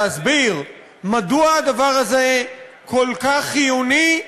להסביר מדוע הדבר הזה כל כך חיוני,